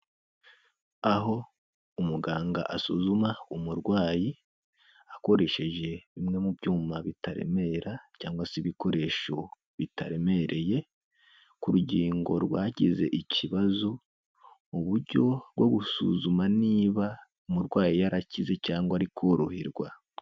Aho umuganga asuzuma umurwayi akoresheje bimwe mu byuma bitaremera cyangwa se ibikoresho bitaremereye, ku rugingo rwagize ikibazo, mu buryo bwo gusuzuma niba umurwayi yarakize cyangwa ari koroherwa.